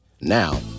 Now